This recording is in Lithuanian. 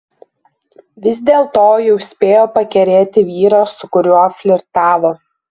vis dėlto jau spėjo pakerėti vyrą su kuriuo flirtavo